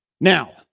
Now